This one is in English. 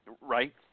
right